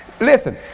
Listen